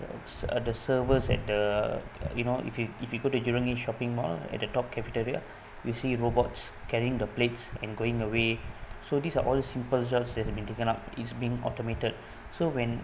uh the servers at the you know if you if you go to jurong east shopping mall at the top cafeteria you see robots carrying the plates and going away so these are all simple jobs that have been taken up is being automated so when